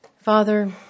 Father